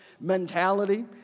mentality